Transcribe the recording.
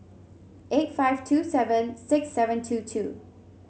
eight five two seven six seven two two